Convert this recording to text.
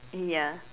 ya